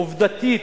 עובדתית,